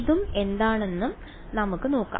ഇതും എന്താണെന്നും നമുക്ക് നോക്കാം